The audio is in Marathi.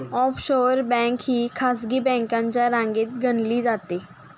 ऑफशोअर बँक ही खासगी बँकांच्या रांगेत गणली जाते